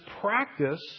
practice